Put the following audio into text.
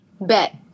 Bet